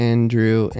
Andrew